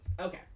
Okay